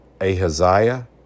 Ahaziah